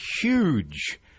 huge